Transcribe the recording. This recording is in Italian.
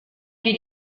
più